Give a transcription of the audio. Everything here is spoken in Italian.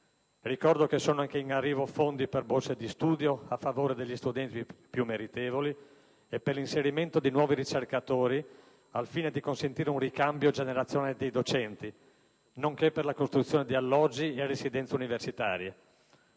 Ricordo anche che sono in arrivo fondi per borse di studio a favore degli studenti più meritevoli e per l'inserimento di nuovi ricercatori al fine di consentire un ricambio generazionale dei docenti, nonché per la costruzione di alloggi e residenze universitarie.